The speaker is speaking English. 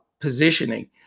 positioning